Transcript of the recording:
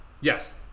Yes